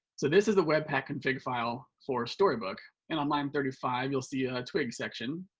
so this is the web pack config file for storybook, and on line thirty five, you will see a twig section.